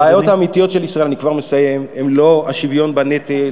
הבעיות האמיתיות של ישראל הן לא השוויון בנטל